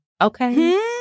okay